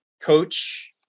coach